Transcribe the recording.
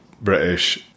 British